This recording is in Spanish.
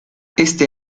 este